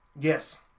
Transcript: Yes